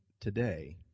today